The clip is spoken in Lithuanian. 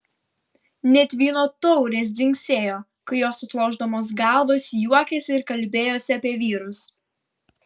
net vyno taurės dzingsėjo kai jos atlošdamos galvas juokėsi ir kalbėjosi apie vyrus